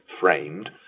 framed